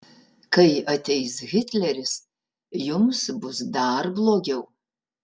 kai ateis hitleris jums bus dar blogiau